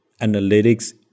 analytics